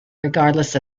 regardless